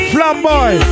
Flamboy